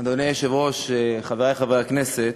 אדוני היושב-ראש, חברי חברי הכנסת,